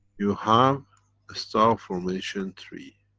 you have star formation three.